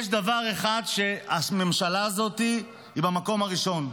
יש דבר אחד שבו הממשלה הזאת היא במקום הראשון,